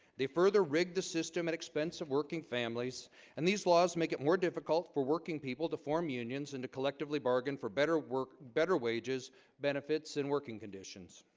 they further rigged the system at expense of working families and these laws make it more difficult for working people to form unions and to collectively bargain for better work better wages benefits and working conditions